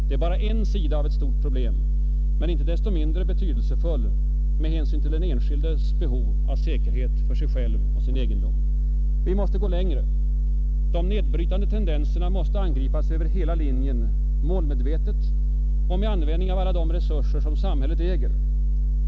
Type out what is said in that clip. Det är bara en sida av ett stort problem, men inte desto mindre betydelsefull med hänsyn till den enskildes behov av säkerhet för sig själv och sin egendom. Vi måste gå längre. De nedbrytande tendenserna måste angripas över hela linjen målmedvetet och med användning av alla de resurser som samhället äger.